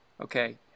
okay